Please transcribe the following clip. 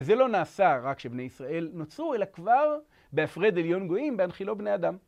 זה לא נעשה רק כשבני ישראל נוצרו, אלא כבר בהפרד עליון גויים בהנחילו בני אדם.